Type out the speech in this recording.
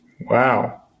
Wow